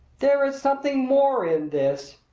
there is something more in this,